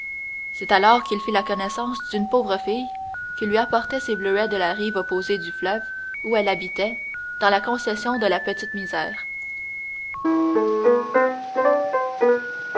c'est alors qu'il fit la connaissance d'une pauvre fille qui lui apportait ses bluets de la rive opposée du fleuve où elle habitait dans la concession de la petite misère